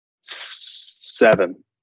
Seven